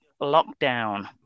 lockdown